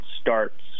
starts